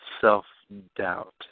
self-doubt